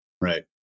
Right